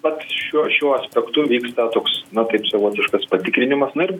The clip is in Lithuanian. vat šiuo šiuo aspektu vyksta toks na kaip savotiškas patikrinimas na ir